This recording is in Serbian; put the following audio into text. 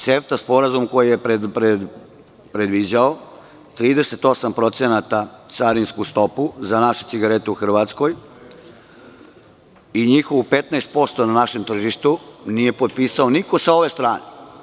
CEFTA sporazum koji je predviđao 38% carinsku stopu za naše cigarete u Hrvatskoj i njihovo 15% na našem tržištu nije potpisao niko sa ove strane.